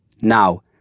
Now